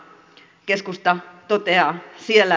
keskusta toteaa siellä